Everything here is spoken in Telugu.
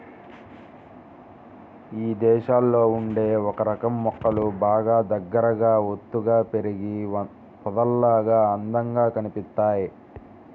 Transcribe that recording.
ఇదేశాల్లో ఉండే ఒకరకం మొక్కలు బాగా దగ్గరగా ఒత్తుగా పెరిగి పొదల్లాగా అందంగా కనిపిత్తయ్